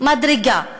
מדרגה.